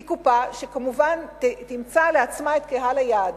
היא קופה שכמובן תמצא לעצמה את קהל היעד.